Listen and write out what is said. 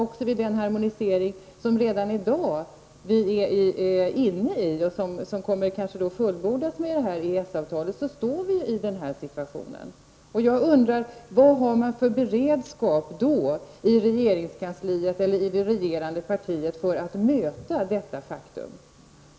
Redan i dag med den harmonisering som vi är inne i och som kanske kommer att fullbordas med EES-avtalet befinner vi oss i den situationen. Vad har man för beredskap i regeringskansliet eller inom det regerande partiet för att möta detta faktum?